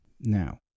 Now